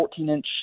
14-inch